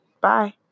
Bye